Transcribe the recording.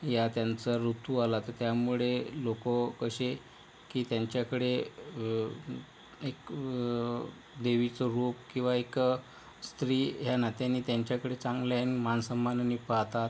या त्यांचा ऋतु आला तर त्यामुळे लोक कसे की त्यांच्याकडे एक देवीचं रूप किंवा एक स्त्री ह्या नात्याने त्यांच्याकडे चांगल्या ह्या मानसन्मानाने पाहतात